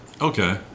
okay